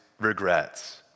regrets